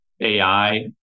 AI